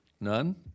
None